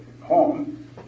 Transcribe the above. home